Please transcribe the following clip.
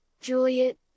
Juliet